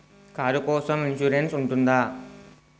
Car కోసం insurance ఉంటుందా?